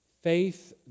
Faith